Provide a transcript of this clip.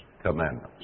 commandments